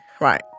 right